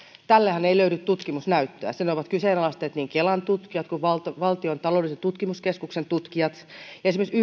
tällehän ei löydy tutkimusnäyttöä sen ovat kyseenalaistaneet niin kelan tutkijat kuin valtion taloudellisen tutkimuskeskuksen tutkijat esimerkiksi